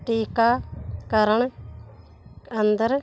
ਟੀਕਾਕਰਨ ਕੇਂਦਰ